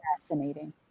Fascinating